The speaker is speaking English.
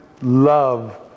love